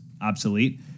obsolete